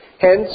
Hence